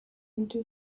into